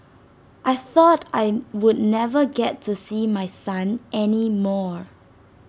I thought I would never get to see my son any more